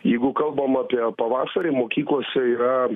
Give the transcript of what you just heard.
jeigu kalbama apie pavasarį mokyklose yra